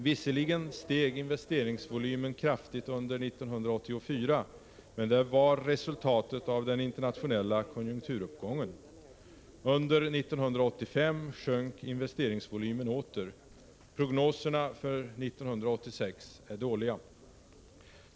Visserligen steg investeringsvolymen kraftigt under 1984, men det var resultatet av den internationella konjunkturuppgången. Under 1985 sjönk investeringsvolymen åter. Prognoserna för 1986 är dåliga.